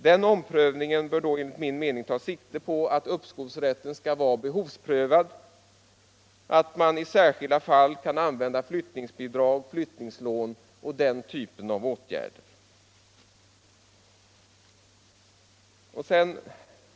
Den omprövningen bör då enligt min mening ta sikte på att uppskovsrätten skall vara behovsprövad och att man i särskilda fall kan använda flyttningsbidrag och flyttningslån eller andra åtgärder av den typen.